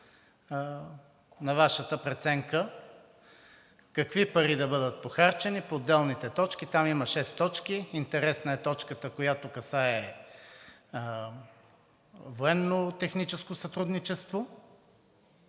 какви пари да бъдат похарчени по отделните точки. Там има шест точки. Интересна е точката, която касае военнотехническото сътрудничество,